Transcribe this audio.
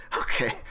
okay